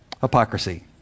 Hypocrisy